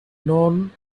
known